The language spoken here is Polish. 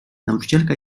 nauczycielka